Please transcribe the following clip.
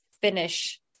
finish